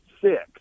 six